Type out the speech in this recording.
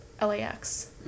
LAX